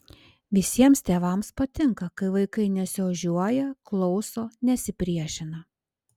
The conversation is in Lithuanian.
visiems tėvams patinka kai vaikai nesiožiuoja klauso nesipriešina